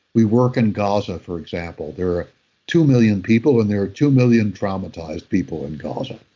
we work in gaza for example. there are two million people and there are two million traumatized people in gaza.